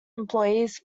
employees